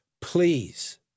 Please